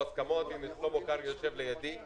מה ההתנגדות, מה ההיגיון?